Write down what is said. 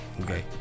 Okay